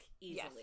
easily